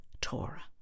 Torah